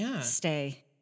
stay